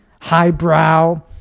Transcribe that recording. highbrow